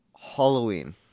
Halloween